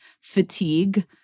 fatigue